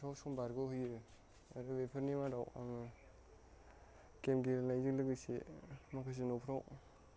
गोबां सम बारग' होयो आरो बेफोरनि मादाव आङो गेम गेलेनायजों लोगोसे माखासे न'फ्राव